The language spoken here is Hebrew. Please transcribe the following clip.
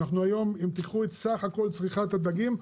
אנחנו היום אם תיקחו את סך כל צריכת הדגים,